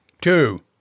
Two